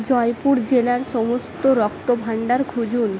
জয়পুর জেলার সমস্ত রক্তভাণ্ডার খুঁজুন